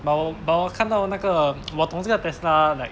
but 我 but 我看到那个我同事要 tesla like